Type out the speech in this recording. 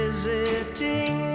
Visiting